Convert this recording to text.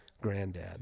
granddad